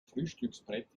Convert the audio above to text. frühstücksbrett